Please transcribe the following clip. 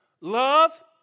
Love